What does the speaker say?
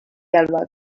albahaca